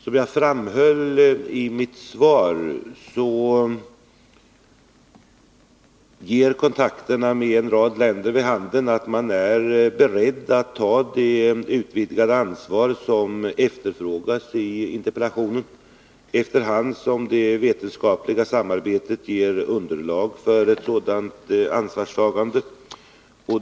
Som jag framhöll i mitt svar ger kontakterna med en rad länder vid handen att man är beredd att ta det utvidgade ansvar som efterfrågas i interpellationen, efter hand som det vetenskapliga samarbetet ger underlag för ett sådant ansvarstagande.